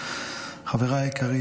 חבריי היקרים,